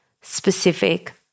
specific